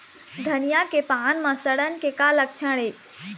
धनिया के पान म सड़न के का लक्षण ये?